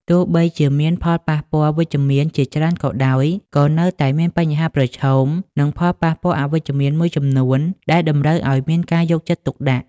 ទោះបីជាមានផលប៉ះពាល់វិជ្ជមានជាច្រើនក៏ដោយ ក៏នៅតែមានបញ្ហាប្រឈម និងផលប៉ះពាល់អវិជ្ជមានមួយចំនួនដែលតម្រូវឱ្យមានការយកចិត្តទុកដាក់។